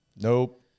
nope